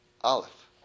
Aleph